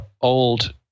old